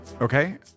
Okay